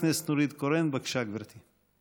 חברת הכנסת נורית קורן, בבקשה, גברתי.